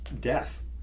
death